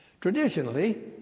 traditionally